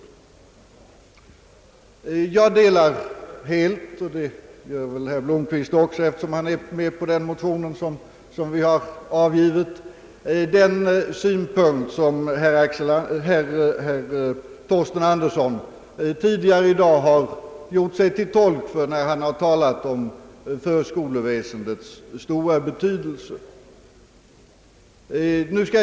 Jag delar helt — det gör väl herr Blomquist också eftersom han är med om den motion som vi avgivit — den synpunkt som herr Thorsten Larsson tidigare i dag gjort sig till tolk för när han talat om förskoleväsendets stora betydelse.